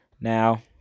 Now